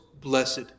blessed